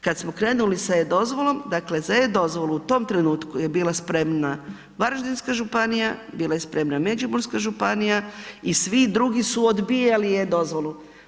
Kad smo krenuli sa e-dozvolom, dakle za e-dozvolu u tom trenutku je bila spremna Varaždinska županija, bila je spremna Međimurska županija i svi drugi su odbijali e-dozvolu.